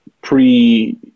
pre